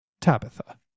tabitha